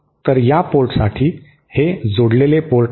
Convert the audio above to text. तर या पोर्टसाठी हे जोडलेले पोर्ट आहे